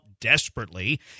desperately